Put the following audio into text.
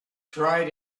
tried